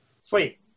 Sweet